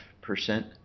percent